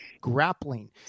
grappling